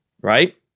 right